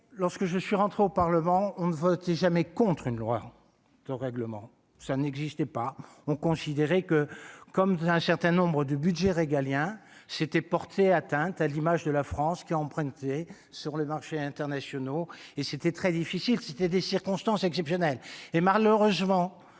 lorsque je suis rentré au Parlement, on ne votez jamais contre une loi de règlement, ça n'existait pas, ont considéré que comme dans un certain nombre de Budgets régaliens c'était porter atteinte à l'image de la France qui a emprunté sur les marchés internationaux et c'était très difficile, c'était des circonstances exceptionnelles et malheureusement